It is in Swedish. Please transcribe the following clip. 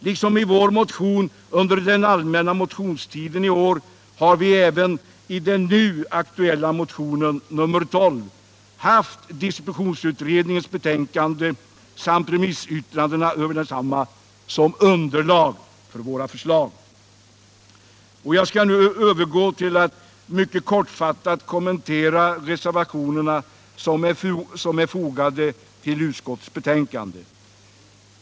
Liksom i vår motion under den allmänna motionstiden i år har vi även i den nu aktuella motionen 12 haft distributionsutredningens betänkande samt remissyttrandena över densamma som underlag för våra förslag. Herr talman! Jag skall nu övergå till att mycket kortfattat kommentera reservationerna som är fogade vid utskottets betänkande.